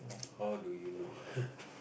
how do you know